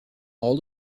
all